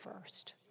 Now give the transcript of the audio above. first